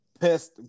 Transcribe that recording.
pest